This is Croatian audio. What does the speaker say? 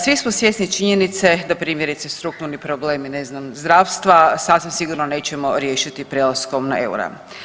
Svi smo svjesni činjenice da primjerice strukturni problemi ne znam zdravstva sasvim sigurno nećemo riješiti prelaskom na euro.